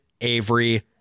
Avery